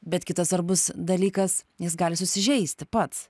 bet kitas svarbus dalykas jis gali susižeisti pats